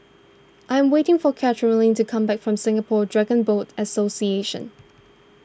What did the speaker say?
I am waiting for Karolyn to come back from Singapore Dragon Boat Association